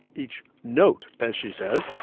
each note, as she says,